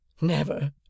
Never